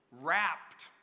wrapped